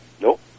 Nope